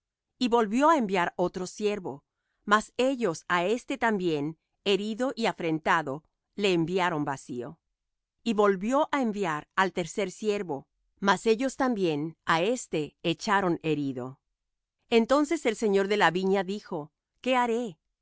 y volvió á enviar otro siervo mas ellos á éste también herido y afrentado le enviaron vacío y volvió á enviar al tercer siervo mas ellos también á éste echaron herido entonces el señor de la viña dijo qué haré